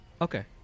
Okay